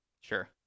Sure